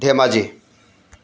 Dhemaji